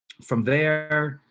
from there,